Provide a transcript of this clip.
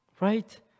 Right